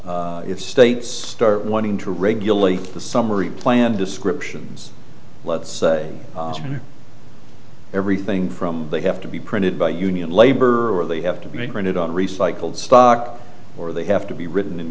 if states start wanting to regulate the summary plan descriptions let's everything from they have to be printed by union labor or they have to be printed on recycled stock or they have to be written in